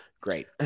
Great